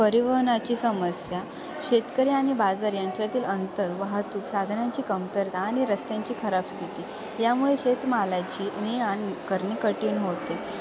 परिवहनाची समस्या शेतकरी आणि बाजार यांच्यातील अंतर वाहतूक साधनांची कमतरता आणि रस्त्यांची खराब स्थिती यामुळे शेतमालाची ने आण करणे कठीण होते